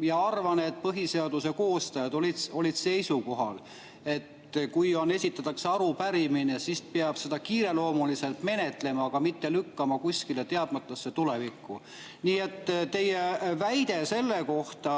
ja arvan, et põhiseaduse koostajad olid seisukohal, et kui esitatakse arupärimine, siis peab seda kiireloomuliselt menetlema, aga mitte lükkama kuskile teadmatusse, tulevikku. Nii et teie väide selle kohta,